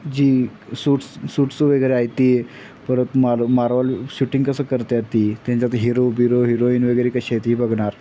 जी suits suits वगैरे आहे ती परत मार् मार्वल शूटिंग कसं करतात ती त्यांच्यात हिरो बिरो हिरोईन वगैरे कशी आहे ती बघणार